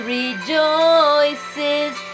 rejoices